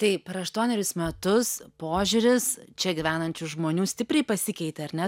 tai per aštuonerius metus požiūris čia gyvenančių žmonių stipriai pasikeitė ar ne